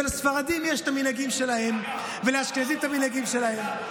לספרדים יש את המנהגים שלהם ולאשכנזים את המנהגים שלהם.